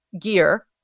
gear